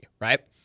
right